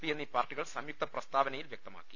P എന്നീ പാർട്ടികൾ സംയുക്ത പ്രസ്താവ നയിൽ വ്യക്തമാക്കി